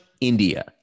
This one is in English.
India